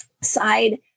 side